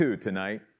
tonight